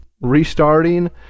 restarting